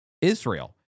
Israel